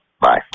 Bye